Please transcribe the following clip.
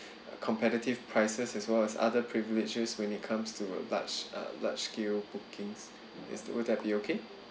competitive prices as well as other privileges when it comes to large uh large scale bookings is the will that be okay